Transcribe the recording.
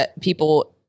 people